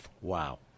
Wow